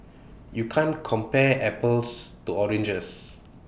you can't compare apples to oranges